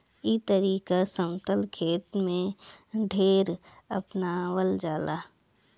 ई तरीका समतल खेत में ढेर अपनावल जाला